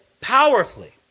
powerfully